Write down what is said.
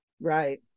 Right